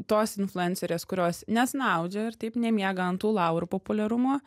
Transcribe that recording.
tos influencerės kurios nesnaudžia ir taip nemiega ant tų laurų populiarumo